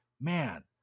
man